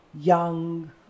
young